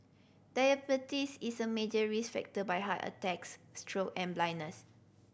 diabetes is a major risk factor by heart attacks stroke and blindness